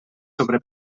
sobre